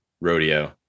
rodeo